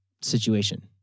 situation